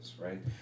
right